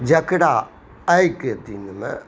जकरा आइके दिनमे